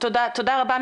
תודה רבה,